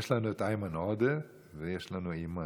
יש לנו את איימן עודה, ויש לנו אימאן.